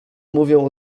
mówią